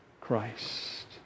Christ